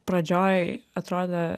pradžioj atrodė